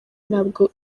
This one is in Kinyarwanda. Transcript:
ntabwo